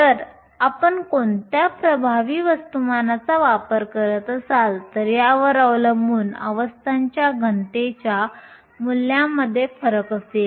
तर आपण कोणत्या प्रभावी वस्तुमानाचा वापर करत असाल तर यावर अवलंबून अवस्थांच्या घनतेच्या मूल्यामध्ये फरक असेल